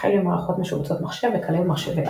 החל ממערכות משובצות מחשב וכלה במחשבי-על.